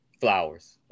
Flowers